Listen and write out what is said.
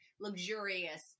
luxurious